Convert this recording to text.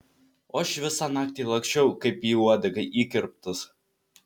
o aš visą naktį laksčiau kaip į uodegą įkirptas